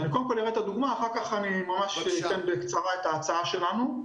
קודם אני אראה את הדוגמה ואחר כך אפרט בקצרה את ההצעה שלנו.